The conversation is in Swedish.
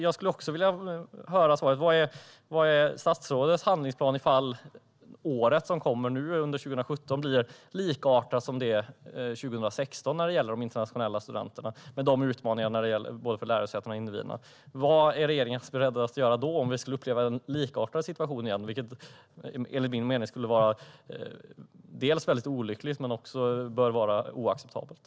Jag skulle även vilja höra vad statsrådets handlingsplan är ifall 2017 blir likt 2016 när det gäller de internationella studenterna och utmaningarna för både lärosätena och individerna. Vad är regeringen beredd att göra om vi skulle uppleva en likartad situation igen? Enligt min mening skulle det vara olyckligt och oacceptabelt.